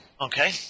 Okay